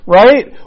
right